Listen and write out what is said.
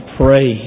pray